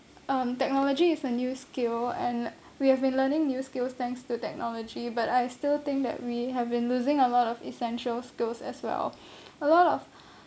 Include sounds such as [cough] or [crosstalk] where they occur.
um technology is a new skill and we have been learning new skills thanks to technology but I still think that we have been losing a lot of essential skills as well [breath] a lot of